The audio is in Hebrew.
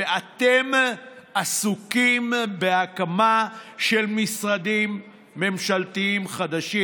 ואתם עסוקים בהקמה של משרדים ממשלתיים חדשים.